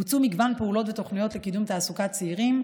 בוצע מגוון פעולות ותוכניות לקידום תעסוקת צעירים,